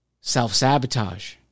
self-sabotage